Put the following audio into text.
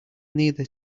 neither